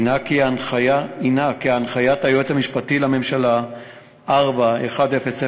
הִנה הנחיית היועץ המשפטי למשטרה 4.1003,